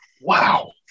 Wow